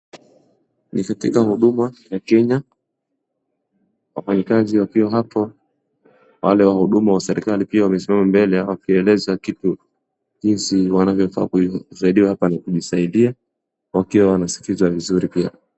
Ni katika huduma ya kenya wafanyakazi wakiwa hapo, wale wahuduma wa serikali pia wamesimama mbele wakieleza kitu jinsi wanavyo taka kusaidiwa hapa na kujisaidia wakiwa wanasikiza vizuri pia.